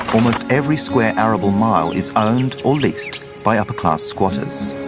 almost every square arable mile is owned or leased by upper-class squatters.